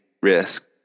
risk